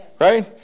right